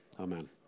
amen